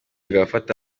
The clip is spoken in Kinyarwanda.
abafata